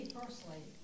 personally